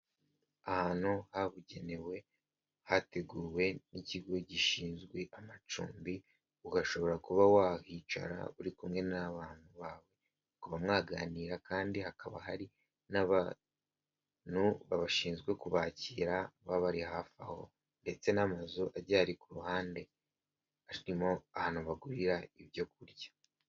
Ahantu habugenewe hateguwe n'ikigo gishinzwe amacumbi ugashobora kuba wahicara uri kumwe n'abantu bawe mukaba mwaganira kandi hakaba hari n'abantu bashinzwe kubakira baba bari hafi aho ndetse n'amazu agiye ari ku ruhande arimo ahantu bagurira ibyo kurya.